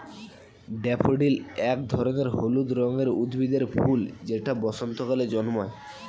daffodil এক ধরনের হলুদ রঙের উদ্ভিদের ফুল যেটা বসন্তকালে জন্মায়